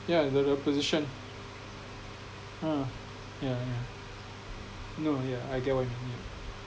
yeah you got the position ah yeah yeah no yeah I get what you mean